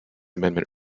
amendment